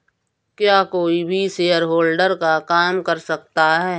क्या कोई भी शेयरहोल्डर का काम कर सकता है?